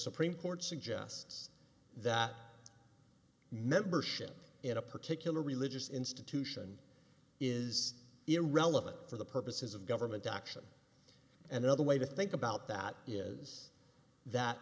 supreme court suggests that membership in a particular religious institution is irrelevant for the purposes of government action another way to think about that is that